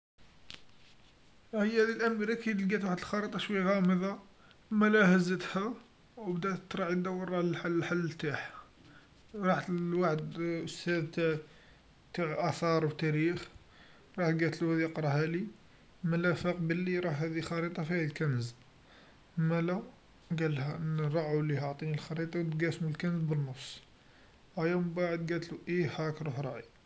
هي الأمر لأكيد لقيت وحد لخريطا شويها مدى، مالا هزتها و بدات تراعينا وين راه الحل الحل نتاعها، راحت لوحد أستاذ تع آثار و تاريخ، راحت قاتلو هاذي قراهالي، مالا فاق بلي راه هذي الخريطه فيها كنز، مالا قالها نروحو ليها اعطيني الخريطه نتقاسمو الكنز بالنص، أيا و مبعد قاتلو إيه هاك روح راعي.